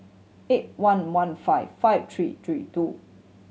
eight one one five five three three two